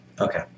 Okay